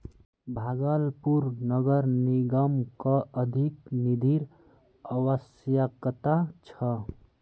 भागलपुर नगर निगमक अधिक निधिर अवश्यकता छ